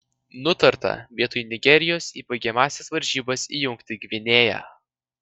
nutarta vietoj nigerijos į baigiamąsias varžybas įjungti gvinėją